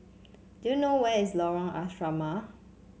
do you know where is Lorong Asrama